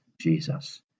Jesus